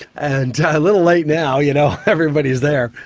and a little late now, you know, everybody's there.